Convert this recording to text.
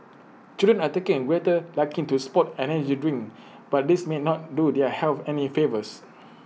children are taking A greater liking to sports and energy drinks but these may not do their health any favours